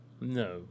No